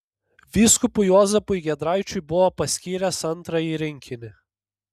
vyskupui juozapui giedraičiui buvo paskyręs antrąjį rinkinį